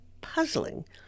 puzzling